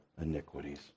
iniquities